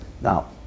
now